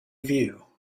view